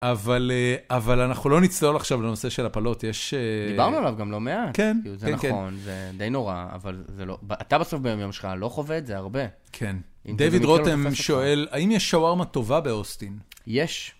אבל אנחנו לא נצטער עכשיו לנושא של הפלות, יש... דיברנו עליו גם לא מעט, זה נכון, זה די נורא, אבל אתה בסוף בימים שלך לא חווה את זה הרבה. כן. דוד רוטם שואל, האם יש שווארמה טובה באוסטין? יש.